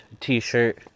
t-shirt